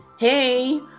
Hey